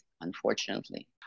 unfortunately